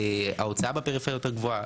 ההוצאה בפריפריה יותר גבוהה,